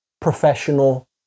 professional